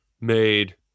made